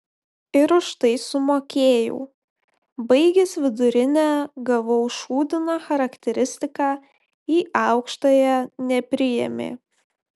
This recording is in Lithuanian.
ir už tai sumokėjau baigęs vidurinę gavau šūdiną charakteristiką į aukštąją nepriėmė